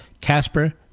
Casper